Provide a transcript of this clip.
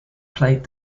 played